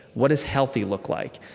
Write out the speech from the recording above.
what does healthy look like?